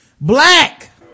black